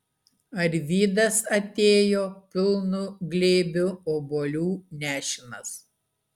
arvydas atėjo pilnu glėbiu obuolių nešinas